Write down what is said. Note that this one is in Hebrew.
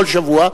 כל שבוע,